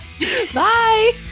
bye